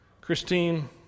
Christine